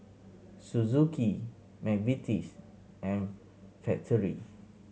Suzuki McVitie's and Factorie